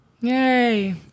Yay